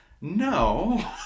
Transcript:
no